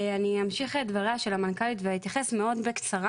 אני אמשיך את דבריה של המנכ"לית ואתייחס מאוד בקצרה